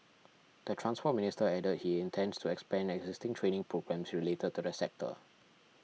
the Transport Minister added he intends to expand existing training programmes related to the sector